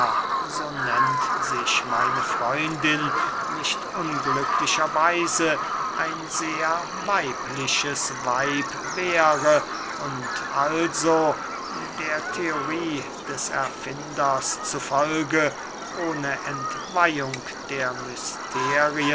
nicht unglücklicher weise ein sehr weibliches weib wäre und also der theorie des erfinders zu folge ohne entweihung der